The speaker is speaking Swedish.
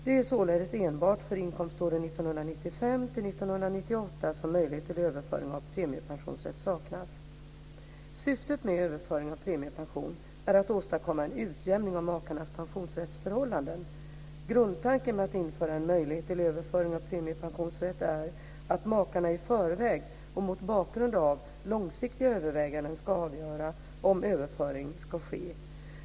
Det är således enbart för inkomståren Syftet med överföring av premiepension är att åstadkomma en utjämning av makarnas pensionsrättsförhållanden. Grundtanken med att införa en möjlighet till överföring av premiepensionsrätt är att makarna i förväg och mot bakgrund av långsiktiga överväganden ska avgöra om överföring ska ske.